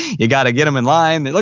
you gotta get them in line.